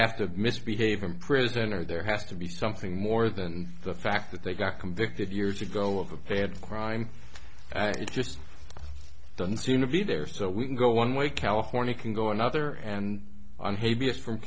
have to misbehave in prison or there has to be something more than the fact that they got convicted years ago of a paid crime and it just doesn't seem to be there so we go one way california can go another and on